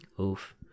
Oof